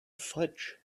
fudge